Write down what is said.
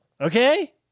Okay